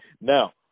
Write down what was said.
Now